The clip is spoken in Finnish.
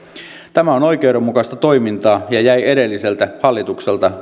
tämä on oikeudenmukaista toimintaa ja jäi edelliseltä hallitukselta